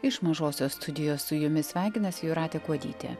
iš mažosios studijos su jumis sveikinasi jūratė kuodytė